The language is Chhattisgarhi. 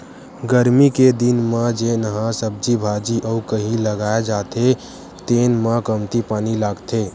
गरमी के दिन म जेन ह सब्जी भाजी अउ कहि लगाए जाथे तेन म कमती पानी लागथे